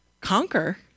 conquer